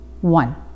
One